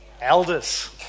elders